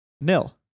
nil